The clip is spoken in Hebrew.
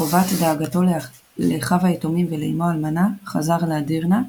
מחובת דאגתו לאחיו היתומים ולאמו האלמנה חזר לאדירנה,